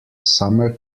summer